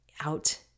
out